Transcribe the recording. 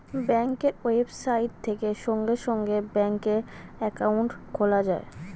ব্যাঙ্কের ওয়েবসাইট থেকে সঙ্গে সঙ্গে ব্যাঙ্কে অ্যাকাউন্ট খোলা যায়